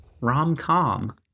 rom-com